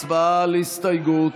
51. הצבעה על ההסתייגות.